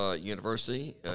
University